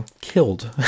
killed